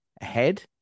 Ahead